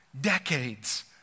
decades